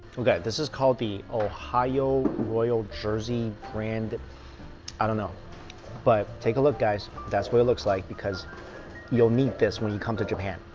okay, this is called the ohayo royal jersey brand i don't know but take a look guys that's what it looks like because you'll meet this when you come to japan.